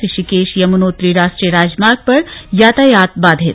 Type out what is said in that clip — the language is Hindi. ऋषिकेश यमुनोत्री राष्ट्रीय राजमार्ग पर यातायात बाधित